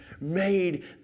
made